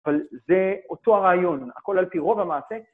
אבל זה אותו הרעיון, הכל על פי רוב המעשה